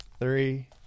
three